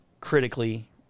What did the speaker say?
critically